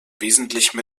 wesentlichen